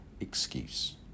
excuse